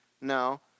No